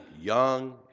young